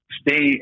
stay